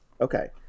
Okay